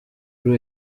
buri